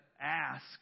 ask